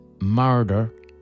murder